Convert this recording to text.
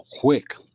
quick